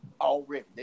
already